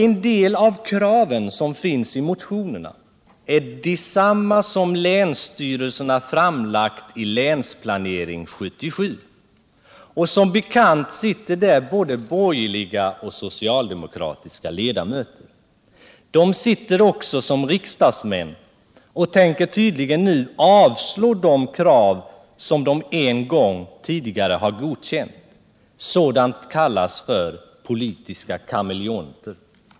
En del av kraven i motionerna är desamma som länsstyrelserna framlagt i Länsplanering 77. Som bekant sitter i länsstyrelserna både borgerliga och socialdemokratiska ledamöter. De är också riksdagsmän och tänker tydligen nu avslå de krav som de en gång tidigare har godkänt. Sådana personer kallas för politiska kameleonter.